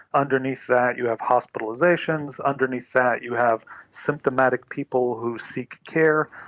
underneath that you have hospitalisations, underneath that you have symptomatic people who seek care,